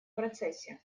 процессе